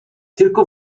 tylko